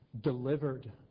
Delivered